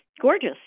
gorgeous